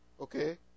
Okay